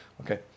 Okay